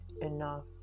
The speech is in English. enough